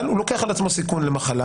אבל הוא לוקח על עצמו סיכון למחלה,